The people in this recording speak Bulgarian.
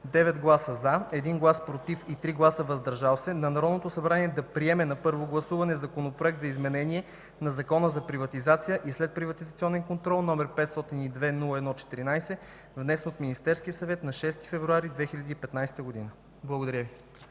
9 гласа „за”, 1 глас „против” и 3 гласа „въздържал се” на Народното събрание да приеме на първо гласуване Законопроект за изменение на Закона за приватизация и следприватизационен контрол, № 502-01-14, внесен от Министерския съвет на 6 февруари 2015 г.” Благодаря Ви.